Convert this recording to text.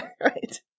right